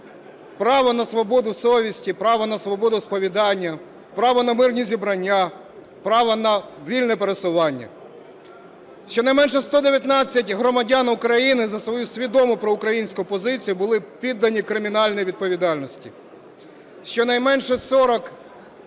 право на свободу совісті, право на свободу сповідання, право на мирні зібрання, право на вільне пересування. Щонайменше 119 громадян України за свою свідому проукраїнську позицію, були піддані кримінальній відповідальності. Щонайменше 40 осіб, які